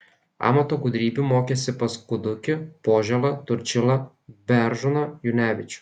amato gudrybių mokėsi pas kudukį požėlą turčilą beržūną junevičių